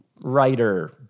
writer